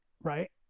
right